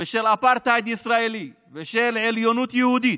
של אפרטהייד ישראלי ושל עליונות יהודית,